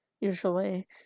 usually